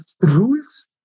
rules